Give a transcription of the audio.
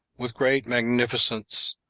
with great magnificence,